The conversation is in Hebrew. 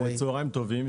צוהריים טובים,